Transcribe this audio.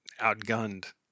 outgunned